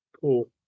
Cool